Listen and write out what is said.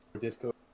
Disco